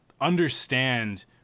understand